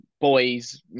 boys